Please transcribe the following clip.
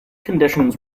conditions